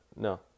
No